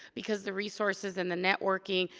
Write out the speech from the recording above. because the resources and the networking.